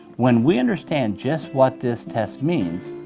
when we understand just what this test means,